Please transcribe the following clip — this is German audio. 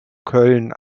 köln